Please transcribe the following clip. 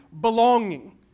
belonging